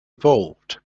evolved